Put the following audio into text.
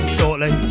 shortly